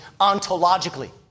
ontologically